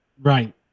Right